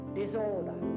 disorder